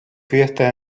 fiestas